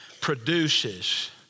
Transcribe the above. produces